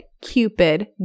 cupid